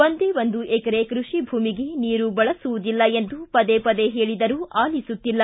ಒಂದೇ ಒಂದು ಎಕರೆ ಭೂಮಿ ಕೃಷಿಗೆ ನೀರು ಬಳಸುವುದಿಲ್ಲ ಎಂದು ಪದೇ ಪದೇ ಹೇಳದರೂ ಆಲಿಸುತ್ತಿಲ್ಲ